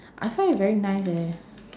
I find it very nice eh